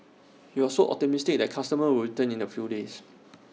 you also optimistic that customers would return in A few days